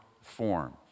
form